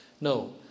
No